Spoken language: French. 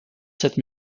cette